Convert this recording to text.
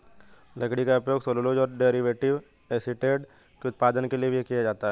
लकड़ी का उपयोग सेल्यूलोज और डेरिवेटिव एसीटेट के उत्पादन के लिए भी किया जाता है